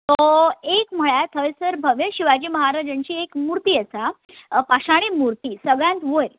एक म्हळ्यार थंयसर भव्य शिवाजी म्हाराजांची एक मुर्ती आसा पाशाणी मुर्ती सगळ्यांत वयर